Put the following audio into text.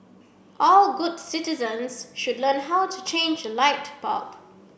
all good citizens should learn how to change a light bulb